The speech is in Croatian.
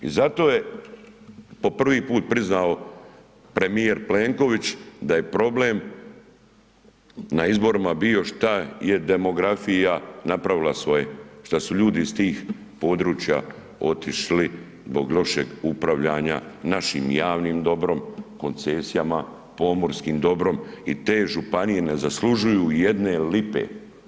I zato je po prvi put priznao premijer Plenković da je problem na izborima bio što je demografija napravila svoje, što su ljudi iz tih područja otišli zbog lošeg upravljanja našim javnim dobrom, koncesijama, pomorskim dobrom i te županije ne zaslužuju jedne lipe.